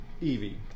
Evie